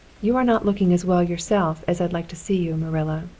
you are not looking as well yourself as i'd like to see you, marilla.